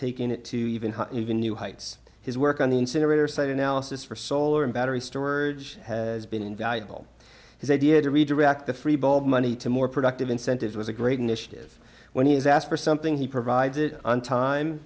taken it to even even new heights his work on the incinerator site analysis for solar and battery storage has been invaluable his idea to redirect the three ball money to more productive incentives was a great initiative when he was asked for something he provided on time